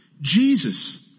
Jesus